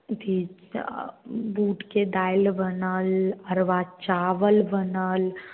अथी बूटके दालि बनल अरवा चावल बनल